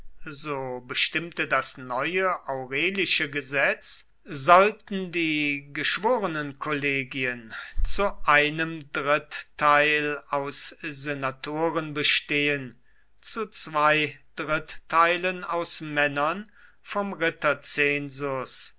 so bestimmte das neue aurelische gesetz sollten die geschworenenkollegien zu einem dritteil aus senatoren bestehen zu zwei dritteilen aus männern vom ritterzensus